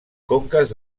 conques